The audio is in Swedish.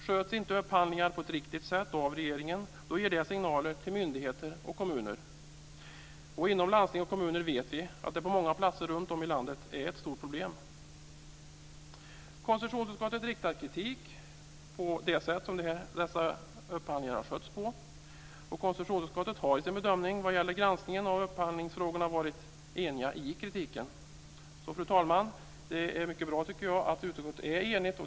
Sköts inte upphandlingar på ett riktigt sätt av regeringen, ger det signaler till myndigheter och kommuner. Vi vet att detta inom landsting och kommuner på många håll runtom i landet är ett stort problem. Konstitutionsutskottet riktar kritik mot det sätt som dessa upphandlingar har skötts på. Konstitutionsutskottet har i sin granskning av upphandlingsfrågorna varit enigt i sin kritik. Fru talman! Jag tycker att det är mycket bra att utskottet är enigt.